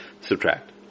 subtract